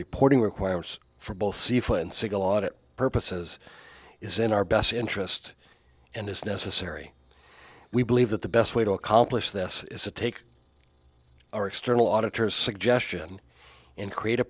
reporting requirements for both single audit purposes is in our best interest and is necessary we believe that the best way to accomplish this is to take our external auditors suggestion in create a